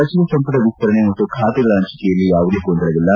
ಸಚಿವ ಸಂಪುಟ ವಿಸ್ತರಣೆ ಮತ್ತು ಖಾತೆಗಳ ಹಂಚಿಕೆಯಲ್ಲಿ ಯಾವುದೇ ಗೊಂದಲವಿಲ್ಲ